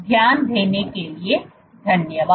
ध्यान देने के लिए धन्यवाद